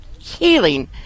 healing